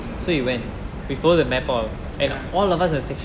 ya